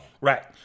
Right